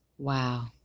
Wow